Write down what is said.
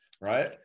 right